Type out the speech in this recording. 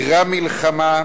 גרם מלחמה,